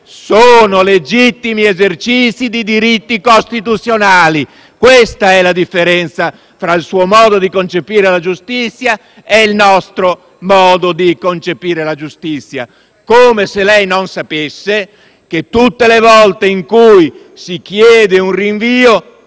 sono legittimi esercizi di diritti costituzionali. Questa è la differenza tra il suo modo di concepire la giustizia e il nostro. Come se lei non sapesse che tutte le volte in cui si chiede un rinvio,